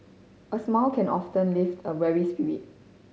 a smile can often lift a weary spirit